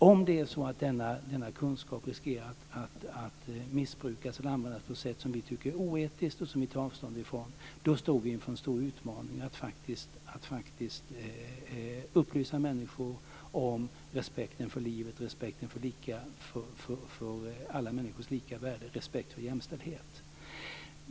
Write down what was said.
Om denna kunskap riskerar att missbrukas eller användas på ett sätt som vi tycker är oetiskt och som vi tar avstånd ifrån, då står vi inför en stor utmaning att faktiskt upplysa människor om respekten för livet, respekten för alla människors lika värde och respekten för jämställdhet.